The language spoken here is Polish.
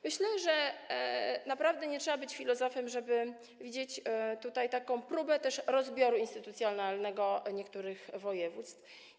Myślę, że naprawdę nie trzeba być filozofem, żeby widzieć tutaj próbę rozbioru instytucjonalnego niektórych województw.